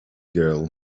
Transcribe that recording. girl